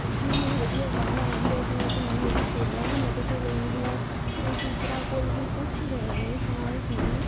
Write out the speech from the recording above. ਜਿਹਨੂੰ ਵਧੀਆ ਗਾਉਣਾ ਆਉਂਦਾ ਜਿਵੇਂ ਕਿ ਮੈਂ ਮੇਰੀ ਸੇਹਲੀਆਂ ਦੀ ਮਦਦ ਲੈਂਦੀ ਹਾਂ ਅਤੇ ਟੀਚਰਾਂ ਕੋਲੋਂ ਵੀ ਪੁੱਛ ਲੈਂਦੀ ਹਾਂ ਕਿ